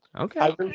okay